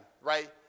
right